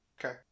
okay